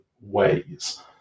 ways